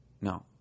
no